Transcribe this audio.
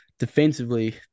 defensively